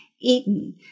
eaten